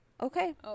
okay